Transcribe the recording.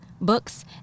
books